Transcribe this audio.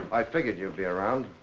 i figured you'd be around.